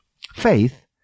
Faith